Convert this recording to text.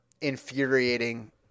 infuriating